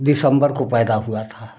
दिसम्बर को पैदा हुआ था